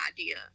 idea